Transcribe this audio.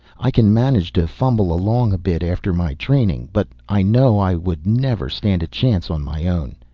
i can manage to fumble along a bit after my training, but i know i would never stand a chance on my own.